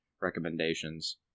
recommendations